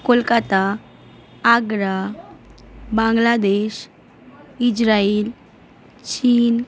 Kolkata Agra Bangladesh Israel চীন